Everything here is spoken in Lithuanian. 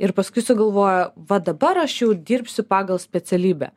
ir paskui sugalvoja va dabar aš jau dirbsiu pagal specialybę